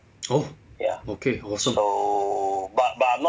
oh okay awesome